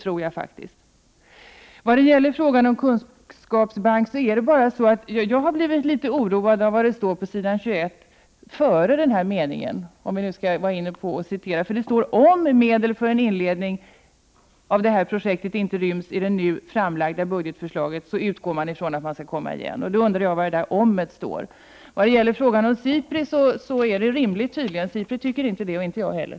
När det gäller kunskapsbanken har jag blivit litet oroad över vad det står på s. 21 i betänkandet före den tidigare citerade meningen — om vi nu skall vara inne på att citera. Där står: ”Om medel för en inledning av detta projekt inte ryms i det nu framlagda budgetförslaget utgår utskottet från ———.” Jag undrar vad som åsyftas med den inledande om-satsen. Vad jag anförde om SIPRI är rimligt. SIPRI tycker inte som utskottsmajoriteten och inte jag heller.